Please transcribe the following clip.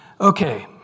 okay